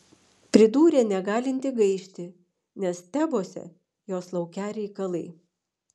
pridūrė negalinti gaišti nes tebuose jos laukią reikalai